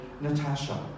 Natasha